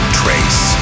trace